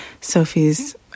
Sophie's